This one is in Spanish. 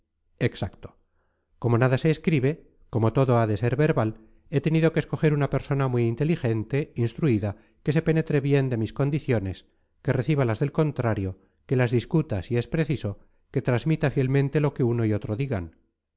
exacto como nada se escribe como todo ha de ser verbal he tenido que escoger una persona muy inteligente instruida que se penetre bien de mis condiciones que reciba las del contrario que las discuta si es preciso que transmita fielmente lo que uno y otro digan